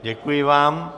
Děkuji vám.